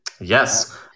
Yes